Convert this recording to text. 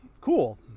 cool